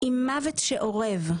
עם מוות שאורב.